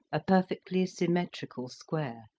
a perfectly symmetrical square,